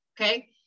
okay